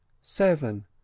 seven